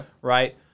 right